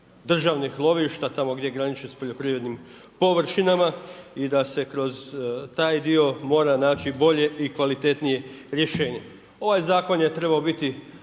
državnih lovišta, tamo gdje graniči s poljoprivrednim površinama i da se kroz taj dio mora naći bolje i kvalitetnije rješenje. Ovaj zakon je trebao biti